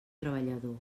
treballador